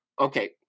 okay